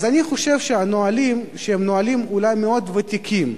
אז אני חושב שהנהלים, שהם נהלים אולי מאוד ותיקים,